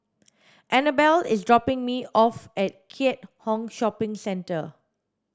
Anabel is dropping me off at Keat Hong Shopping Centre